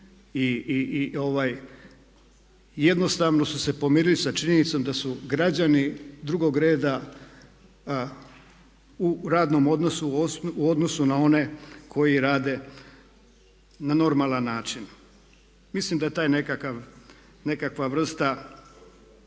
i jednostavno su se pomirili sa činjenicom da su građani drugo reda u radnom odnosu u odnosu na one koji rade na normalan način. Mislim da je ta nekakva vrsta